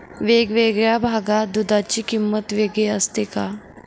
वेगवेगळ्या भागात दूधाची किंमत वेगळी असते का?